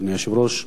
אדוני היושב-ראש.